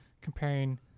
comparing